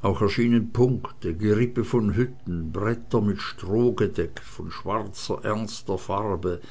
auch erschienen punkte gerippe von hütten bretter mit stroh gedeckt von schwarzer ernster farbe